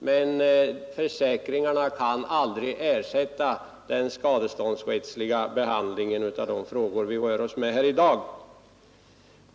Men försäkringarna kan aldrig ersätta den skadeståndsrättsliga behandlingen av de frågor vi rör oss med här i dag.